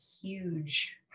huge